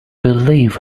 believe